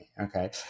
okay